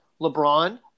LeBron –